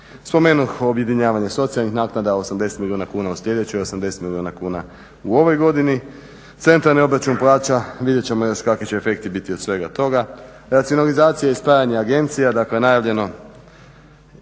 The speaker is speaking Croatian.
Spomenuh objedinjavanje socijalnih naknada 80 milijuna kuna u sljedećoj, 80 milijuna kuna u ovoj godini. Centralni obračun plaća vidjet ćemo još kakvi će efekti biti od svega toga. Racionalizacija i spajanje agencija, dakle najavljene